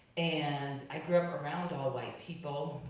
and i grew up around all white people.